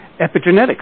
epigenetics